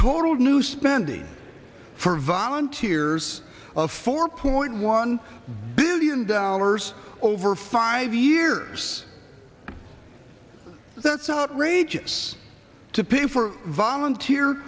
total new spending for volunteers of four point one billion dollars over five years that's outrageous to pay for volunteer